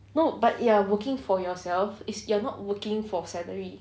but you're working for yourself is you're not working for salary